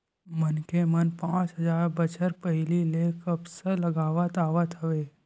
मनखे मन पाँच हजार बछर पहिली ले कपसा उगावत आवत हवय